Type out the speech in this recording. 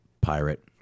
pirate